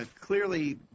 clearly